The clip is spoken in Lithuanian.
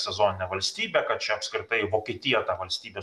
sezoninė valstybė kad čia apskritai vokietija tą valstybę